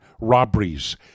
robberies